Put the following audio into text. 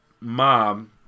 mom